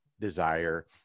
desire